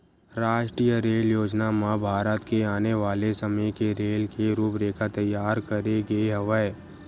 रास्टीय रेल योजना म भारत के आने वाले समे के रेल के रूपरेखा तइयार करे गे हवय